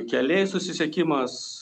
keliai susisiekimas